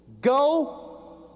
Go